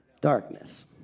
darkness